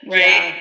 right